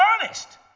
honest